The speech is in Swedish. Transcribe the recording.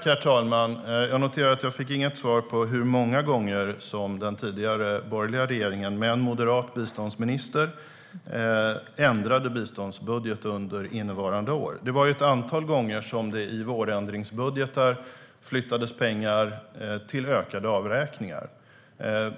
Herr talman! Jag noterar att jag inte fick något svar på hur många gånger den tidigare borgerliga regeringen med en moderat biståndsminister ändrade biståndsbudget under innevarande år. Det var ju ett antal gånger som det i vårändringsbudgeten flyttades pengar till ökade avräkningar.